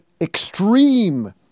extreme